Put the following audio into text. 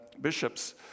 bishops